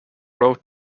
wrote